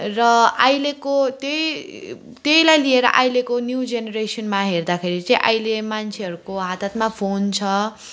र अहिलेको त्यही त्यहीलाई लिएर अहिलेको न्यू जेनरेसनमा हेर्दाखेरि चाहिँ अहिले मान्छेहरूको हात हातमा फोन छ